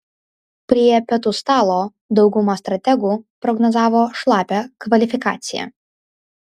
prie pietų stalo dauguma strategų prognozavo šlapią kvalifikaciją